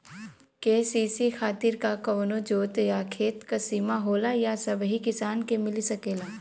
KCC खातिर का कवनो जोत या खेत क सिमा होला या सबही किसान के मिल सकेला?